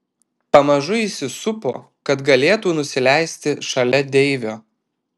pamažu įsisupo kad galėtų nusileisti šalia deivio